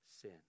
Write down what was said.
sin